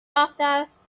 هفتست